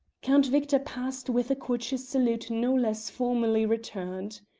count victor passed with a courteous salute no less formally returned.